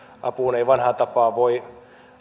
apuun ei vanhaan tapaan voi